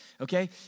okay